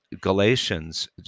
Galatians